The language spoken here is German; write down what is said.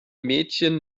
mädchen